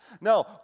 No